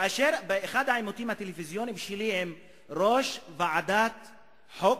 כאשר באחד העימותים הטלוויזיוניים שלי עם ראש ועדת חוקה,